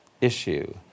issue